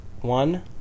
one